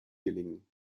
gelingen